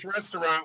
restaurant